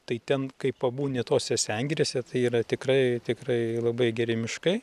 tai ten kai pabūni tose sengirėse tai yra tikrai tikrai labai geri miškai